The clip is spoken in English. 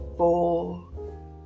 Four